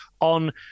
on